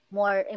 more